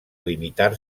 limitar